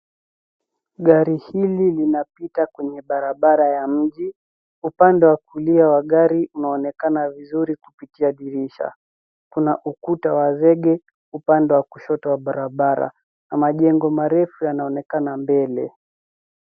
Gari hili linapita kwenye barabara ya mji, upande wa kulia wa gari unaonekana vizuri kupitia dirisha. Kuna ukuta wa zegi, upande wa kushoto wa barabara, na majengo marefu yanaonekana mbele.